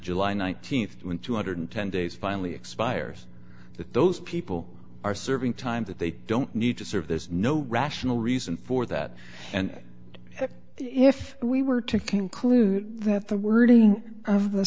july th when two hundred and ten days finally expires that those people are serving time that they don't need to serve there's no rational reason for that and if we were to conclude that the wording of the